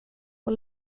och